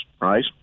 right